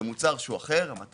זה מוצר אחר.